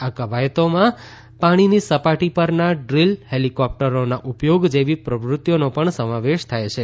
આ ક્વાયતોમાં પાણીની સપાટી પરના ડ્રીલ હેલિકોપ્ટરોના ઉપયોગ જેવી પ્રવૃત્તિઓનો પણ સમાવેશ થાય છે